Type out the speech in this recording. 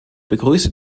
begrüße